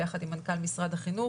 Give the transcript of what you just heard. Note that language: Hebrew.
ביחד עם מנכ"ל משרד החינוך